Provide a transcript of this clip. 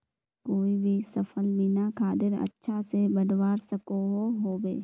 कोई भी सफल बिना खादेर अच्छा से बढ़वार सकोहो होबे?